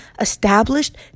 established